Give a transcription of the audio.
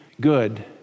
good